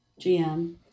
GM